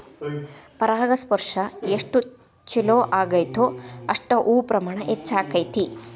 ಪರಾಗಸ್ಪರ್ಶ ಎಷ್ಟ ಚುಲೋ ಅಗೈತೋ ಅಷ್ಟ ಹೂ ಪ್ರಮಾಣ ಹೆಚ್ಚಕೈತಿ